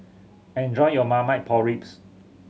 enjoy your Marmite Pork Ribs